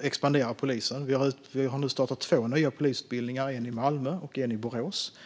expandera polisen. Vi har nu startat två nya polisutbildningar - en i Malmö och en i Borås.